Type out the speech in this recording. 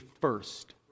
first